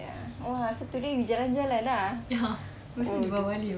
ya !wah! so today you jalan-jalan ah oh